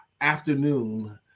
afternoon